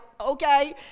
okay